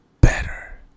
better